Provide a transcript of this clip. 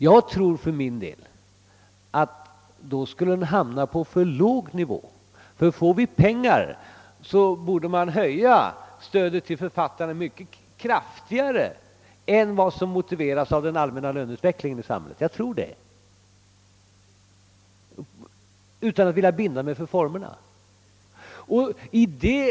Jag tror för min del att den då skulle hamna på för låg nivå, ty om vi får pengar borde vi kunna höja stödet till författarna mycket kraftigare än vad som motiveras av den allmänna löneutvecklingen i samhället. Utan att vilja binda mig för formerna tror jag detta.